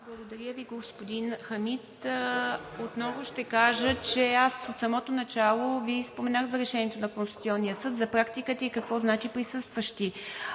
Благодаря Ви, господин Хамид. Отново ще кажа, че аз от самото начало Ви споменах за решението на Конституционния съд за практиката и какво значи „присъстващи“.